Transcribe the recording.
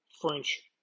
French